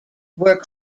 were